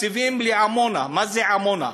התקציבים לעמונה, מה זה עמונה?